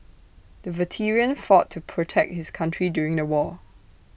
the veteran fought to protect his country during the war